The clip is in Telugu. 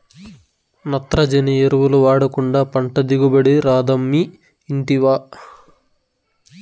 నత్రజని ఎరువులు వాడకుండా పంట దిగుబడి రాదమ్మీ ఇంటివా